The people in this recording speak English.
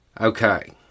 Okay